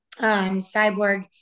Cyborg